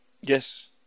Yes